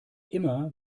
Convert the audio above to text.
immer